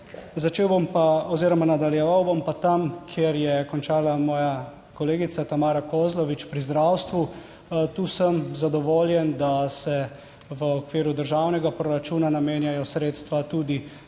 Začel bom pa oziroma nadaljeval bom pa tam, kjer je končala moja kolegica Tamara Kozlovič, pri zdravstvu. Tu sem zadovoljen, da se v okviru državnega proračuna namenjajo sredstva tudi